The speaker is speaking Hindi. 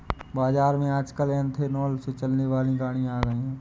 बाज़ार में आजकल एथेनॉल से चलने वाली गाड़ियां आई है